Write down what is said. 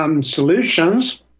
Solutions